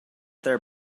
their